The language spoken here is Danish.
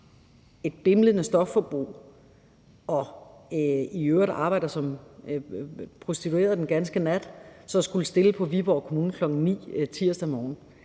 et bimlende højt stofbrug og i øvrigt arbejder som prostitueret den ganske nat, at skulle stille hos Viborg Kommune kl. 9.00 tirsdag morgen.